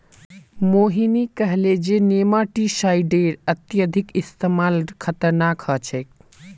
मोहिनी कहले जे नेमाटीसाइडेर अत्यधिक इस्तमाल खतरनाक ह छेक